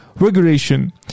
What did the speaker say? regulation